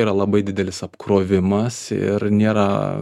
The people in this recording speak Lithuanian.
yra labai didelis apkrovimas ir nėra